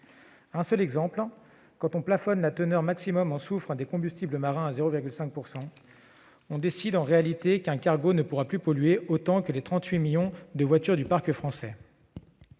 un seul exemple : quand on plafonne la teneur maximum en soufre des combustibles marins à 0,5 %, on décide, en réalité, qu'un cargo ne pourra plus polluer autant que les 38 millions de voitures du parc français.